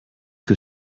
que